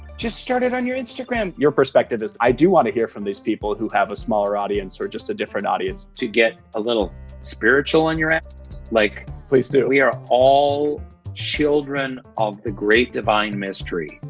just start it on your instagram! your perspective is, i do want to hear from these people who have a smaller audience, or just a different audience. to get a little spiritual on your like please do. we are all children of the great divine mystery.